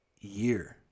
year